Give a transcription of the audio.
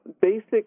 basic